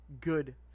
good